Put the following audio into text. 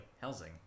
Helsing